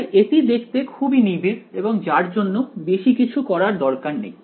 তাই এটি দেখতে খুবই নিবিড় এবং যার জন্য বেশি কিছু করার দরকার নেই